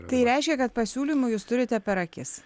tai reiškia kad pasiūlymų jūs turite per akis